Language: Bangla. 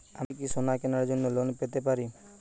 আমি কি সোনা কেনার জন্য লোন পেতে পারি?